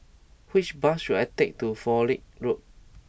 which bus should I take to Fowlie Road